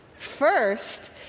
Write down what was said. First